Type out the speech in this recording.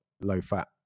low-fat